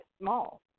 small